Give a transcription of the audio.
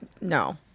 no